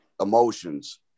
emotions